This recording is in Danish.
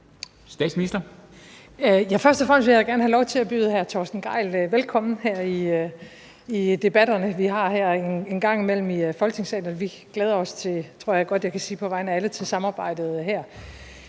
Frederiksen): Først og fremmest vil jeg da gerne have lov til at byde hr. Torsten Gejl velkommen til de debatter, vi har en gang imellem her i Folketingssalen. Og vi glæder os – tror jeg godt